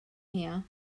here